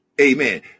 Amen